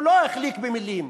הוא לא החליק במילים,